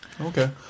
Okay